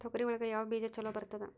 ತೊಗರಿ ಒಳಗ ಯಾವ ಬೇಜ ಛಲೋ ಬರ್ತದ?